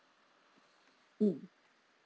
mm